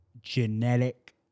genetic